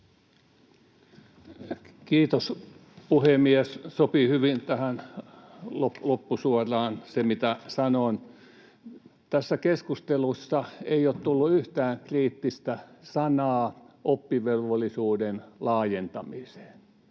Kiitos, puhemies! Sopii hyvin tähän loppusuoraan se, mitä sanon. Tässä keskustelussa ei ole tullut yhtään kriittistä sanaa oppivelvollisuuden laajentamiseen.